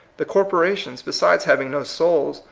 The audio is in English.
the corpora tions, besides having no souls,